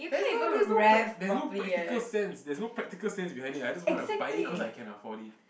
there's no there's no prac~ there's no practical sense there's no practical sense behind it I just wanna buy it cause I can afford it